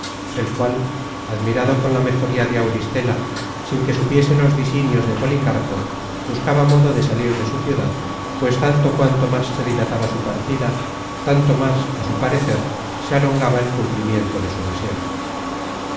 el cual admirado con la mejoría de auristela sin que supiese los disinios de policarpo buscaba modo de salir de su ciudad pues tanto cuanto más se dilataba su partida tanto más á su parecer se alongaba el cumplimiento de su deseo